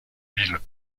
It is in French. ville